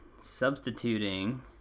substituting